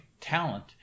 talent